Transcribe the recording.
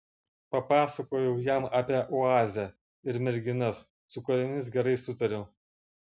papasakojau jam apie oazę ir merginas su kuriomis gerai sutariau